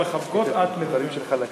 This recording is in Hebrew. המחבקות את מדברת.